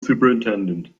superintendent